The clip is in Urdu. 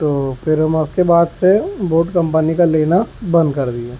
تو پھر میں اس کے بعد سے بوٹ کمپنی کا لینا بند کر دیا